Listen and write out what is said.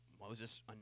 Moses